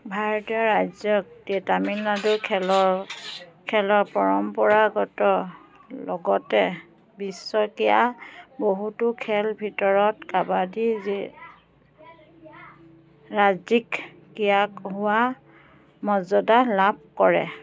ভাৰতীয় ৰাজ্য টি তামিলনাডু খেলৰ খেলৰ পৰম্পৰাগত লগতে বিশ্ব ক্ৰীড়া বহুতো খেলৰ ভিতৰত কাবাডী যে ৰাজ্যিক ক্ৰীড়া হোৱা মৰ্য্যদা লাভ কৰে